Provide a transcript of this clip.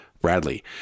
Bradley